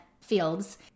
fields